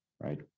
Right